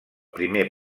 primer